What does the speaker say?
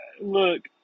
look